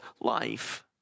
life